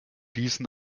diesen